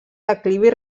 declivi